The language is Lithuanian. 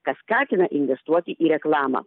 kas skatina investuoti į reklamą